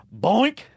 boink